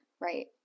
Right